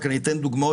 אני רק אתן דוגמאות,